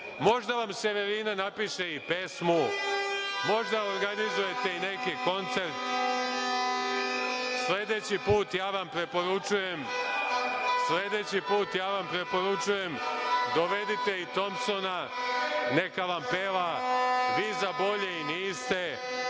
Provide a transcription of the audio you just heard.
možda vam Severina napiše i pesmu, možda organizujete i neki koncert. Sledeći put, ja vam preporučujem dovedite i Tompsona, neka vam peva, jer vi za bolje i niste,